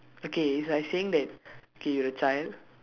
okay it's like saying that K you're a child